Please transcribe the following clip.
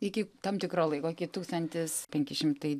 iki tam tikro laiko iki tūkstantis penki šimtai